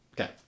Okay